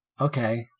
okay